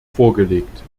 vorgelegt